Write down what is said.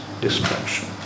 destruction